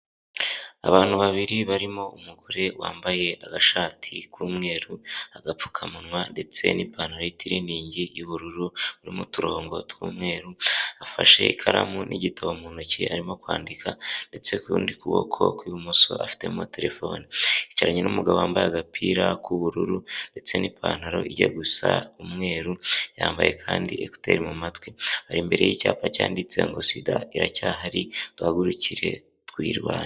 Abantu babiri barimo umugore wambaye agashati k'umweru, agapfukamunwa ndetse n'ipantaro y'itiriningi y'ubururu irimo uturongo tw'umweru, afashe ikaramu n'igitabo mu ntoki arimo kwandika, ndetse ukundi kuboko kw'ibumoso afitemo terefone. Yicaranye n'umugabo wambaye agapira k'ubururu ndetse n'ipantaro ijya gusa umweru, yambaye kandi ekuteri mu matwi. Ari imbere y'icyapa cyanditse ngo: SIDA iracyahari duhagurukire tuyirwanye.